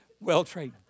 Well-trained